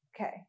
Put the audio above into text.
Okay